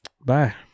Bye